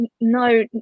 no